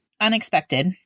Unexpected